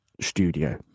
studio